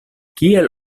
kiel